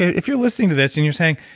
if you're listening to this and you're saying,